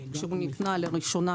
כשהוא נקנה לראשונה,